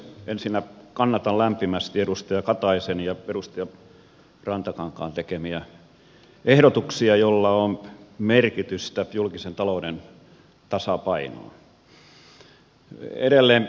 ensinnä kannatan lämpimästi edustaja kataisen ja edustaja rantakankaan tekemiä ehdotuksia joilla on merkitystä julkisen talouden tasapainolle